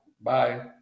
Bye